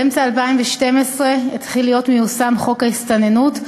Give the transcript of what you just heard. באמצע 2012 התחיל להיות מיושם חוק ההסתננות,